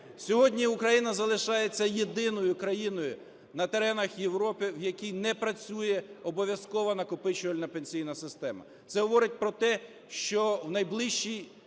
Сьогодні Україна залишається єдиною країною на теренах Європи, в якій не працює обов'язкова накопичувальна пенсійна система. Це говорить про те, що в найближчій